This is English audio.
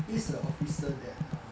he's a officer that err